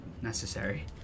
necessary